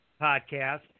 podcast